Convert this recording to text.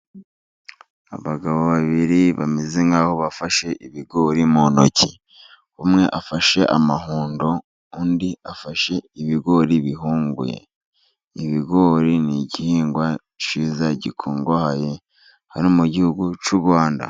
Abagabo babiri bameze nkaho bafashe ibigori mu ntoki, umwe afashe amahundo, undi afashe ibigori bihunguye, Ibigori ni igihingwa cyiza gikungahaye hano mu gihugu cy'u Rwanda.